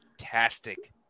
fantastic